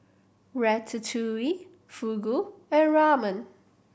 Ratatouille Fugu and Ramen